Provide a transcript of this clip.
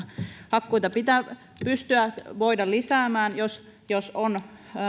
hakkuita pitää pystyä lisäämään jos jos